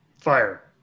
Fire